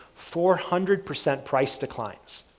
four hundred percent price declines.